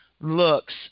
looks